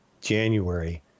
January